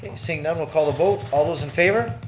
seeing seeing none, we'll call the vote. all those in favor,